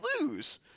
lose